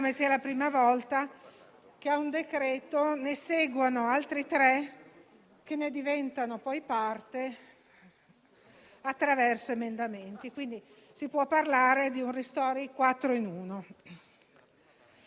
Ma voglio sottolineare come ci sia stato un altro strappo al Regolamento e alle prassi da parte di questo Governo con la sua maggioranza,